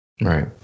Right